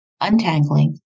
Untangling